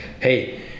hey